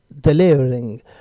delivering